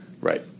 Right